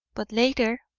but later,